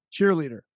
cheerleader